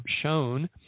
shown